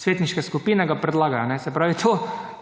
svetniške skupine, ga predlagajo. Se pravi to,